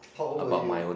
how old were you